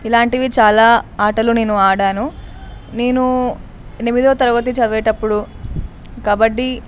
ఇలాంటివి చాలా ఆటలు నేను ఆడాను నేను ఎనిమిదో తరగతి చదివేటప్పుడు కబడ్డీ